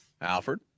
Alfred